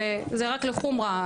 אז זה רק לחומה,